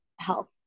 health